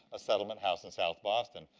a settlement house in south boston.